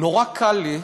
נורא קל לי,